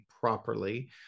properly